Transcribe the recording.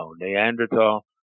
Neanderthal